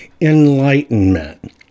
enlightenment